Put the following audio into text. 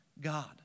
God